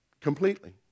completely